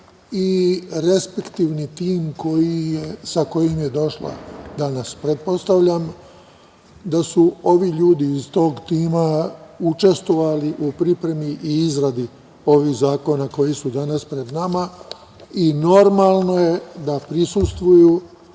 i respektivni tim sa kojim je došla danas. Pretpostavljam da su ovi ljudi iz tog tima učestvovali u pripremi i izradi ovih zakona koji su danas pred nama, i normalno je da prisustvuju